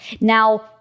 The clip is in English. Now